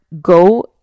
go